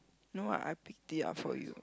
no what I pick it up for you